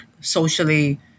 socially